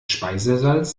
speisesalz